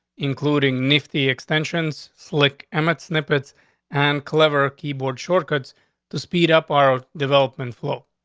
including nifty extensions like emmett snippets and clever keyboard shortcuts to speed up our developing flow.